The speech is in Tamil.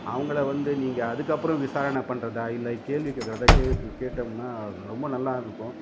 அவங்கள வந்து நீங்கள் அதுக்கப்புறம் விசாரணை பண்ணுறதா இல்லை கேள்வி கேட்குறதா கேட்டோம்னா ரொம்ப நல்லா இருக்கும்